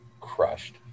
crushed